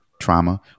trauma